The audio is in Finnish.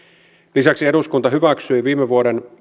lisäksi eduskunta hyväksyi viime vuonna vuoden